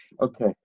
okay